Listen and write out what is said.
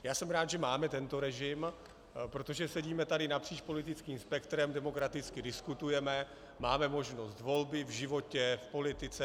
Já jsem rád, že máme tento režim, protože tady sedíme napříč politickým spektrem, demokraticky diskutujeme, máme možnost volby v životě, v politice atd.